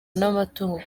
n’amatungo